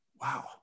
Wow